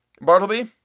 Bartleby